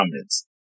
comments